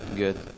good